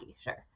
sure